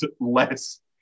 less